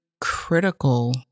critical